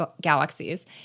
galaxies